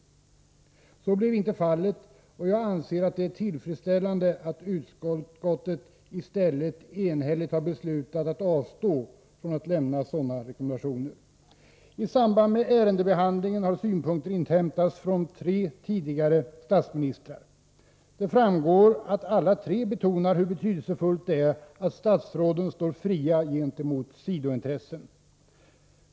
Så blev inte fallet, och jag anser att det är tillfredsställande att utskottet i stället enhälligt har beslutat att avstå från att lämna sådana rekommendationer. I samband med ärendebehandlingen har synpunkter inhämtats från tre tidigare statsministrar. Det framgår att alla tre betonar hur betydelsefullt det är att statsråden står fria gentemot sidointressen.